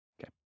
Okay